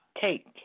Take